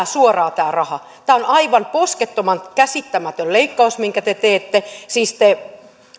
suoraan tämä on aivan poskettoman käsittämätön leikkaus minkä te teette siis te